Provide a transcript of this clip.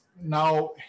now